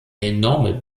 enorme